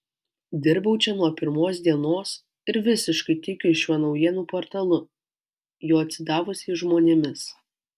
dirbau čia nuo pirmos dienos ir visiškai tikiu šiuo naujienų portalu jo atsidavusiais žmonėmis